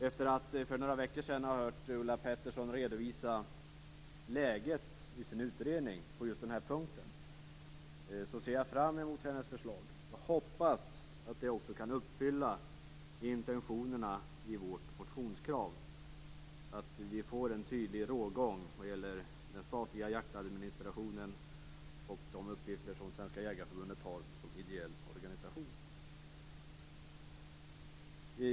Efter att för några veckor sedan ha hört Ulla Pettersson redovisa läget i sin utredning på just den här punkten ser jag fram emot hennes förslag och hoppas att de uppfyller intentionerna i vårt motionskrav, så att det blir en tydlig rågång vad gäller den statliga jaktadministrationen och de uppgifter som Svenska Jägareförbundet som ideell organisation har.